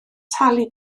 talu